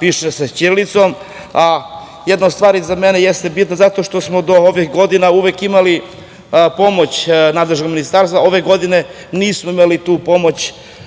piše se ćirilicom, a jedna stvar je za mene bitna, zašto što smo do ovih godina, uvek imali pomoć nadležnog Ministarstva, a ove godine nismo imali tu pomoć,